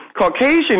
Caucasian